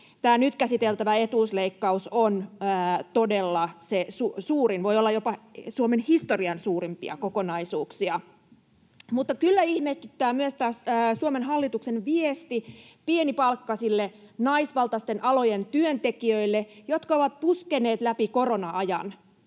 tämä nyt käsiteltävä etuusleikkaus on todella se suurin, voi olla jopa Suomen historian suurimpia kokonaisuuksia. Mutta kyllä ihmetyttää myös tämä Suomen hallituksen viesti pienipalkkaisille, naisvaltaisten alojen työntekijöille, jotka ovat puskeneet läpi korona-ajan.